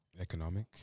economic